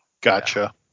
Gotcha